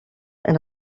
and